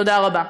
תודה רבה.